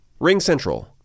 RingCentral